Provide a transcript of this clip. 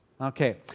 Okay